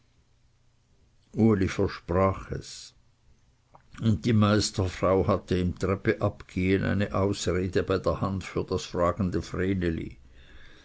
uli versprach es und die meisterfrau hatte im treppeabgehen eine ausrede bei der hand für das fragende